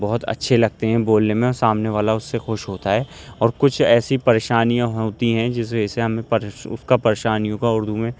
بہت اچھے لگتے ہیں بولنے میں سامنے والا اس سے خوش ہوتا ہے اور کچھ ایسی پریشانیاں ہوتی ہیں جس وجہ سے ہمیں اس کا پریشانیوں کا اردو میں